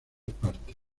partes